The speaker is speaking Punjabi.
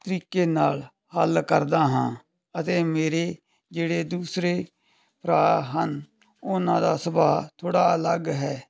ਤਰੀਕੇ ਨਾਲ਼ ਹੱਲ ਕਰਦਾ ਹਾਂ ਅਤੇ ਮੇਰੇ ਜਿਹੜੇ ਦੂਸਰੇ ਭਰਾ ਹਨ ਉਹਨਾਂ ਦਾ ਸੁਭਾਅ ਥੋੜ੍ਹਾ ਅਲੱਗ ਹੈ